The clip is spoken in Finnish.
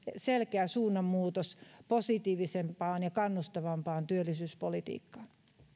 selkeä suunnanmuutos positiivisempaan ja kannustavampaan työllisyyspolitiikkaan